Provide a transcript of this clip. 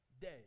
day